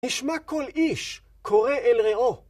נשמע כל איש, קורא אל ראו.